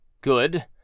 Good